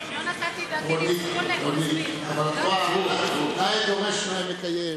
רונית, נאה דורש נאה מקיים.